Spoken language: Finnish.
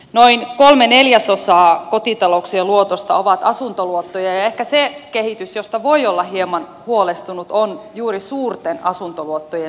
noin kolme neljäsosaa kotitalouksien luotosta on asuntoluottoja ja ehkä se kehitys josta voi olla hieman huolestunut on juuri suurten asuntoluottojen määrän kasvu